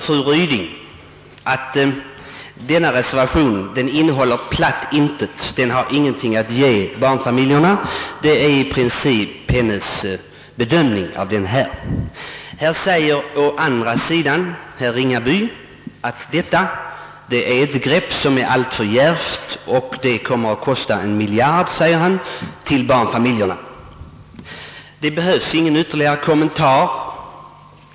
Fru Ryding sade i princip att reservationen innehöll platt intet och ingenting hade att ge barnfamiljerna. Å andra sidan sade herr Ringaby att detta var ett alltför djärvt grepp och att det skulle komma att kosta en miljard som då skulle gå till barnfamiljerna. Det behövs inga ytterligare kommentarer.